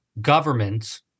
governments